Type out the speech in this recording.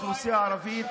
האוכלוסייה הערבית,